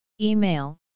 Email